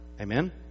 Amen